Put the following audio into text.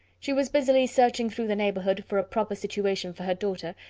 she was busily searching through the neighbourhood for a proper situation for her daughter,